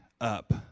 up